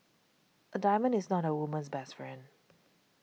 a diamond is not a woman's best friend